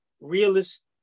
realist